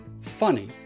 funny